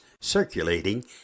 circulating